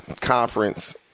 conference